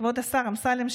כבוד השר אמסלם,